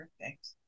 Perfect